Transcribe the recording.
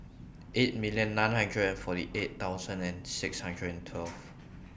eight million nine hundred and forty eight thousand and six hundred and twelve